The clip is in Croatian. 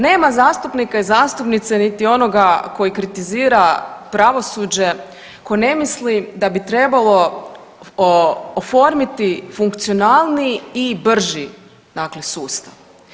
Nema zastupnika i zastupnice niti onoga koji kritizira pravosuđe, tko ne misli da bi trebalo oformiti funkcionalniji i brži, dakle sustav.